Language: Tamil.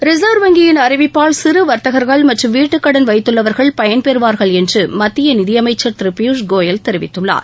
ரிசர்வ் வங்கியின் அறிவிப்பால் சிறு வர்தகர்கள் மற்றும் வீட்டுக்கடன் வைத்துள்ளவர்கள் பயன்பெறுவார்கள் என்று மத்திய நிதி அமைச்சர் திரு பியூஷ் கோயல் தெரிவித்துள்ளார்